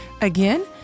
Again